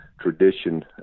tradition